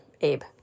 Abe